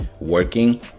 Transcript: working